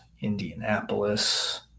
Indianapolis